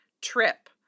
trip